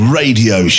radio